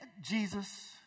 Jesus